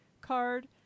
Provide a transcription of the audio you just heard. card